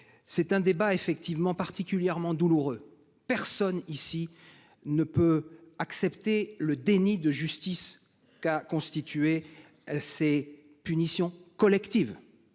C'est un débat effectivement particulièrement douloureux, personne ici ne peut accepter le déni de justice qu'a constitué. Ces punitions collectives.